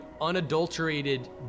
unadulterated